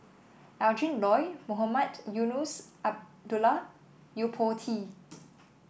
Adrin Loi Mohamed Eunos Abdullah Yo Po Tee